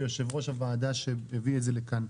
ויושב-ראש הוועדה שהביא את זה לכאן.